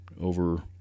over